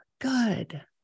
Good